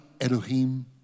Elohim